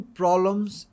problems